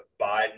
biden